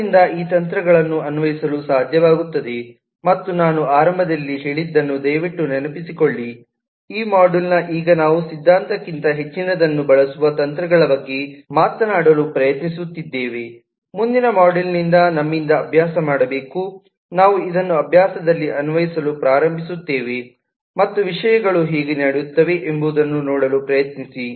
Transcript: ಆದ್ದರಿಂದ ಈ ತಂತ್ರಗಳನ್ನು ಅನ್ವಯಿಸಲು ಸಾಧ್ಯವಾಗುತ್ತದೆ ಮತ್ತು ನಾನು ಆರಂಭದಲ್ಲಿ ಹೇಳಿದ್ದನ್ನು ದಯವಿಟ್ಟು ನೆನಪಿಸಿಕೊಳ್ಳಿ ಈ ಮಾಡ್ಯೂಲ್ನ ಈಗ ನಾವು ಸಿದ್ಧಾಂತಕ್ಕಿಂತ ಹೆಚ್ಚಿನದನ್ನು ಬಳಸುವ ತಂತ್ರಗಳ ಬಗ್ಗೆ ಮಾತನಾಡಲು ಪ್ರಯತ್ನಿಸುತ್ತಿದ್ದೇವೆ ಮುಂದಿನ ಮಾಡ್ಯೂಲ್ನಿಂದ ನಮ್ಮಿಂದ ಅಭ್ಯಾಸ ಮಾಡಬೇಕು ನಾವು ಇದನ್ನು ಅಭ್ಯಾಸದಲ್ಲಿ ಅನ್ವಯಿಸಲು ಪ್ರಾರಂಭಿಸುತ್ತೇವೆ ಮತ್ತು ವಿಷಯಗಳು ಹೇಗೆ ನಡೆಯುತ್ತವೆ ಎಂಬುದನ್ನು ನೋಡಲು ಪ್ರಯತ್ನಿಸಿ